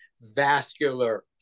vascular